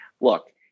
Look